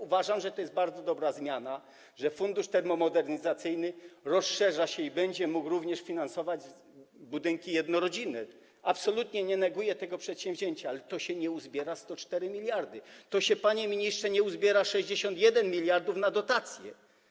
Uważam, że to jest bardzo dobra zmiana, że fundusz termomodernizacyjny rozszerza się i będzie mógł również finansować budynki jednorodzinne, absolutnie nie neguję tego przedsięwzięcia, ale to się nie uzbiera 104 mld, to się, panie ministrze, nie uzbiera 61 mld na dotacje.